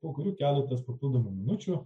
po kurių keletas papildomų minučių